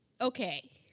Okay